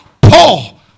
Paul